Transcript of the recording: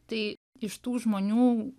tai iš tų žmonių